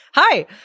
Hi